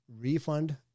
refund